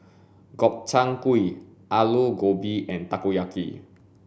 Gobchang Gui Alu Gobi and Takoyaki